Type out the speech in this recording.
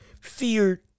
feared